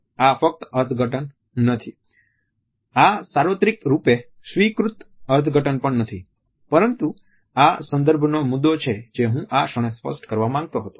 આ ફક્ત અર્થઘટન નથી આ સાર્વત્રિક રૂપે સ્વીકૃત અર્થઘટન પણ નથી પરંતુ આ સંદર્ભનો મુદ્દો છે જે હું આ ક્ષણે સ્પષ્ટ કરવા માંગતો હતો